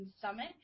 Summit